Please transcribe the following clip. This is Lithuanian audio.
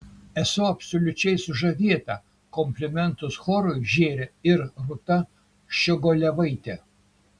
esu absoliučiai sužavėta komplimentus chorui žėrė ir rūta ščiogolevaitė